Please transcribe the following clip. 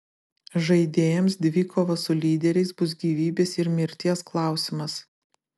žaidėjams dvikova su lyderiais bus gyvybės ir mirties klausimas